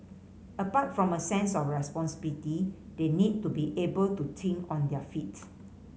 apart from a sense of responsibility they need to be able to think on their feet